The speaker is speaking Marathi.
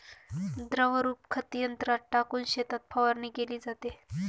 द्रवरूप खत यंत्रात टाकून शेतात फवारणी केली जाते